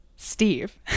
steve